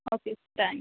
okay thank you